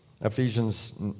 Ephesians